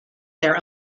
their